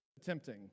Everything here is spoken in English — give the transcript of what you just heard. attempting